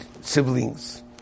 siblings